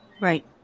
right